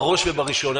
בראש ובראשונה,